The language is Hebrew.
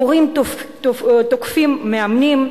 הורים תוקפים מאמנים,